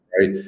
Right